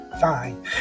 fine